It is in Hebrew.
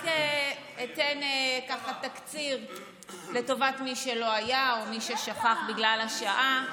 רק אתן תקציר לטובת מי שלא היה או מי ששכח בגלל השעה.